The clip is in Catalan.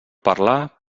parlar